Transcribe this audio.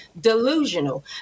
delusional